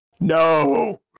no